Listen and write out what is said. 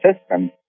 system